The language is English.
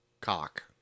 cock